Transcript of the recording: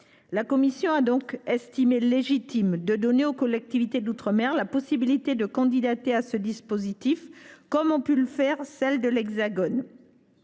La commission a donc estimé légitime de donner aux collectivités d’outre mer la possibilité de candidater à ce dispositif, comme ont pu le faire celles de l’Hexagone.